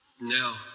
Now